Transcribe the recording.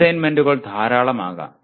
അസൈൻമെന്റുകൾ ധാരാളം ആകാം